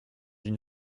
une